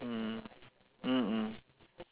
mm mm mm